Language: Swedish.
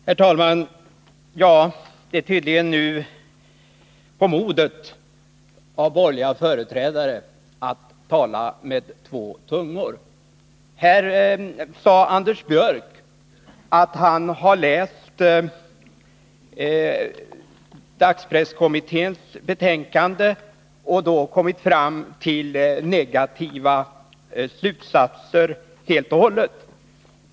Herr talman! Det är tydligen nu på modet bland borgerliga företrädare att tala med två tungor. Här sade Anders Björck att han läst dagspresskommitténs betänkande och då kommit fram till helt och hållet negativa slutsatser.